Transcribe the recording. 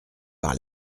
par